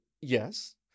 yes